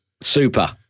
Super